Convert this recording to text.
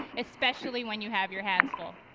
especially when you have your hands full.